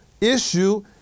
issue